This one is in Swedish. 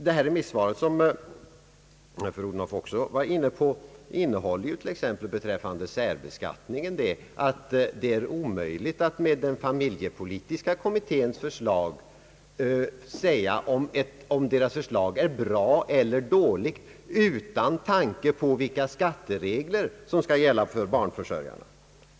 I familjeskatteberedningens remisssvar, som fru Odhnoff var inne på, sägs om särbeskattningen att det är omöjligt att säga om familjepolitiska kommitténs förslag är bra eller dåligt utan att man samtidigt tänker på vilka skatteregler som skall gälla för barnförsörjarna.